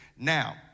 now